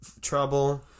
Trouble